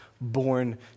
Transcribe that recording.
born